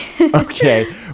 Okay